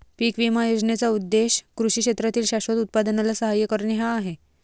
पीक विमा योजनेचा उद्देश कृषी क्षेत्रातील शाश्वत उत्पादनाला सहाय्य करणे हा आहे